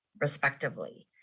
respectively